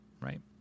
right